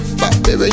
baby